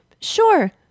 Sure